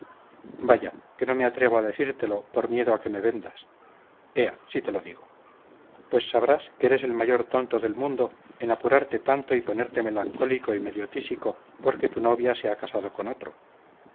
vaya que no me atrevo a decírtelo por miedo a que me vendas ea sí te lo digo pues sabrás que eres el mayor tonto del mundo en apurarte tanto y ponerte melancólico y medio tísico porque tu novia se a casado con otro